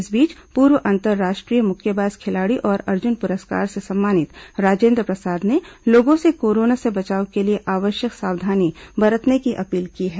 इस बीच पूर्व अंतर्राष्ट्रीय मुक्केबाज खिलाड़ी और अर्जुन पुरस्कार से सम्मानित राजेन्द्र प्रसाद ने लोगों से कोरोना से बचाव के लिए आवश्यक सावधानी बरतने की अपील की है